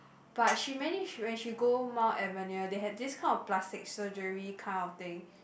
but she manage when she go Mount Alvernia they had this kind of plastic surgery kind of thing